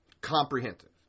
comprehensive